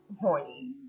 horny